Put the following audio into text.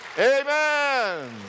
Amen